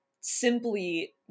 simply